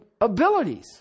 abilities